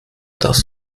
das